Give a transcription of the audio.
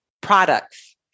products